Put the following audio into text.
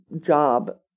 job